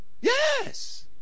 Yes